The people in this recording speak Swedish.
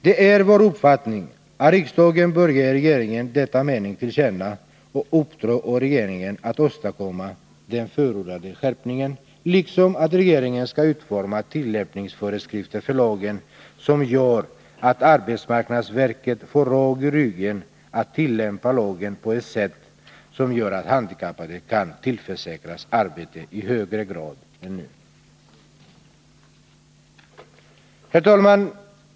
Det är vår uppfattning att riksdagen bör ge regeringen denna mening till känna och uppdra åt regeringen att åstadkomma den förordade skärpningen, liksom att regeringen skall utforma tillämpningsföreskrifter för lagen, som gör att arbetsmarknadsverket får råg i ryggen att tillämpa lagen på ett sätt som gör att handikappade kan tillförsäkras arbete i högre grad än nu. Herr talman!